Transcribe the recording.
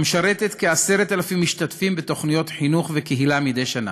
ומשרתת כ-10,000 משתתפים בתוכניות חינוך וקהילה מדי שנה.